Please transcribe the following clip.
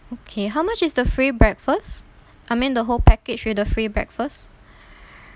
okay how much is the free breakfast I mean the whole package with the free breakfast